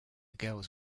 girls